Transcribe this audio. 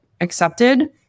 accepted